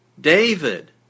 David